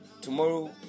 tomorrow